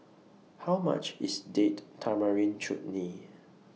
How much IS Date Tamarind Chutney